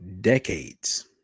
decades